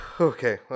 okay